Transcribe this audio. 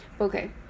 Okay